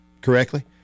correctly